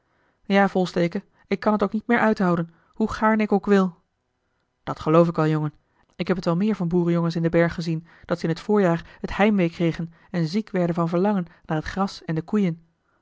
ja volsteke ik kan t ook niet meer uithouden hoe gaarne ik ook wil dat geloof ik wel jongen ik heb t wel meer van boerenjongens in den berg gezien dat ze in t voorjaar het heimwee kregen en ziek werden van verlangen naar het gras en de koeien